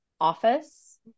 office